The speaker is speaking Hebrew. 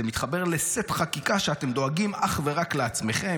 זה מתחבר לסט חקיקה, שאתם דואגים אך ורק לעצמכם.